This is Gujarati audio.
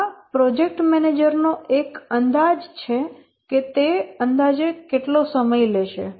આ પ્રોજેક્ટ મેનેજર નો એક અંદાજ છે કે તે અંદાજે કેટલો સમય લેશે